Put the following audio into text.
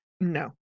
No